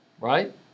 Right